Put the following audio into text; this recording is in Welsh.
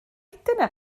dyna